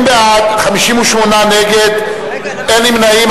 30 בעד, 58 נגד, אין נמנעים.